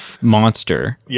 monster